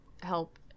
help